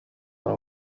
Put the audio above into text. nta